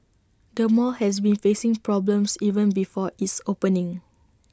the mall has been facing problems even before its opening